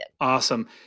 Awesome